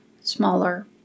smaller